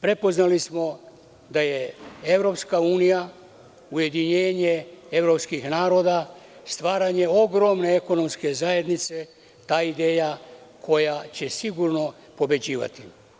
Prepoznali smo da je EU ujedinjenje evropskih naroda, stvaranje ogromne ekonomske zajednice, ta ideja koja će sigurno pobeđivati.